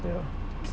ya